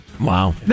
wow